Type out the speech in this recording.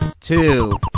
two